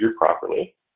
properly